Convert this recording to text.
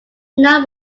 known